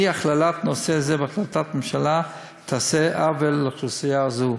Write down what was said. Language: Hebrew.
ואי-הכללת נושא זה בהחלטת הממשלה תעשה עוול לאוכלוסייה זו.